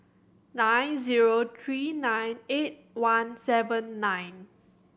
nine zero three nine eight one seven nine